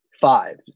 Five